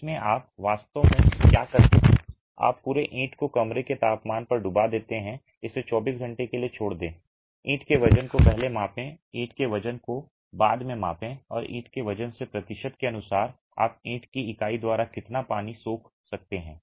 इसमें आप वास्तव में क्या करते हैं आप पूरे ईंट को कमरे के तापमान पर डुबा देते हैं इसे 24 घंटे के लिए छोड़ दें ईंट के वजन को पहले मापें ईंट के वजन को बाद में मापें और ईंट के वजन से प्रतिशत के अनुसार आप ईंट की इकाई द्वारा कितना पानी सोख सकते हैं